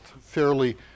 fairly